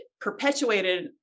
perpetuated